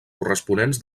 corresponents